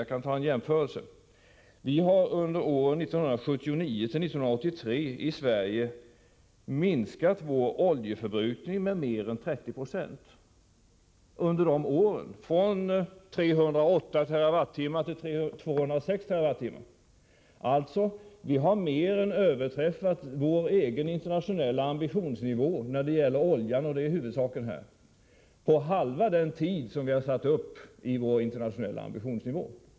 Vi har i Sverige under åren 1979-1983 minskat vår oljeförbrukning med mer än 30 96, från 308 till 206 TWh. Vi har alltså mer än överträffat den internationella ambitionsnivån när det gäller oljan — och det är huvudsakligen den det gäller — på halva den tid som vi satt som mål, dvs. tio år.